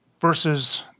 versus